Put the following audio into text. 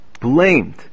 blamed